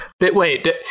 Wait